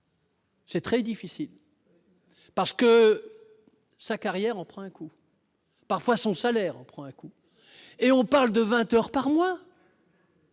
C'est très difficile parce que sa carrière en prend un coup, parfois son salaire en prend un coup et on parle de 20 heures par mois.